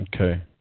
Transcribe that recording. Okay